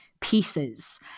pieces